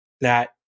that-